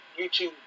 YouTube